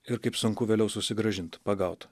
ir kaip sunku vėliau susigrąžint pagaut